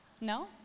No